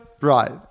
Right